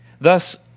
Thus